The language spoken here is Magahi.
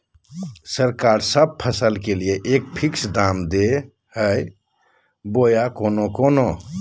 सरकार सब फसल के लिए एक फिक्स दाम दे है बोया कोनो कोनो?